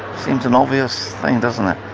seems an obvious thing, doesn't it?